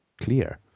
clear